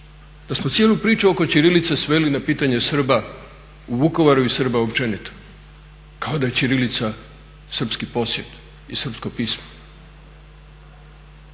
da smo cijelu priču oko ćirilice sveli na pitanje Srba u Vukovaru i Srba općenito kao da je ćirilica srpski posjed i srpsko pismo.